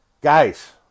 Guys